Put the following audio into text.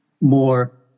more